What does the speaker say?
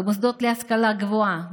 במוסדות להשכלה גבוהה,